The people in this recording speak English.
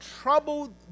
troubled